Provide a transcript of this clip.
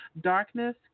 darkness